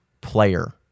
player